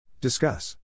Discuss